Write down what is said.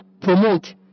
promote